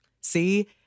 See